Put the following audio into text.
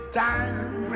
time